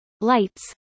lights